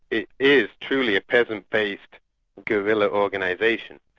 it is truly a peasant-based guerrilla organisation,